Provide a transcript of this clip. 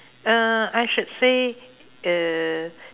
uh I should say uh